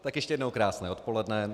Tak ještě jednou krásné odpoledne.